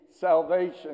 salvation